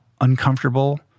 uncomfortable